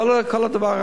כל הדבר,